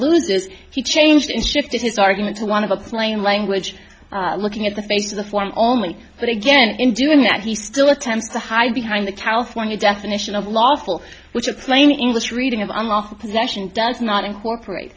loses he changed and shifted his argument to one of a plain language looking at the face of the form only but again in doing that he still attempts to hide behind the california definition of lawful which a plain english reading of unlawful possession does not incorporate